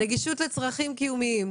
הנגישות לצרכים קיומיים.